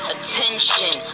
Attention